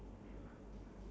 okay